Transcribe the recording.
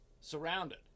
Surrounded